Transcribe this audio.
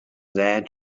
that